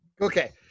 Okay